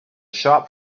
shop